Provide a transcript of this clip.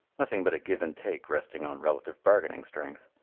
nothing but a give-and-take resting on relative bargaining strength.